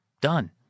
Done